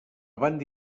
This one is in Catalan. banda